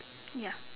ya